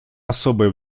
особое